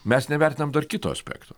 mes nevertinam dar kito aspekto